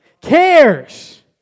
cares